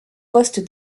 poste